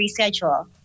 reschedule